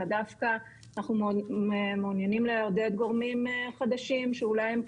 אלא דווקא אנחנו מעוניינים לעודד גורמים חדשים שאולי הם קטנים,